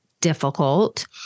difficult